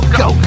go